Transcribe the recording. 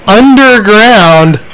underground